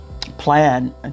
plan